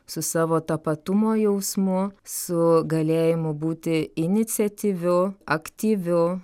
su savo tapatumo jausmu su galėjimu būti iniciatyviu aktyviu